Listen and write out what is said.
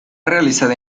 realizada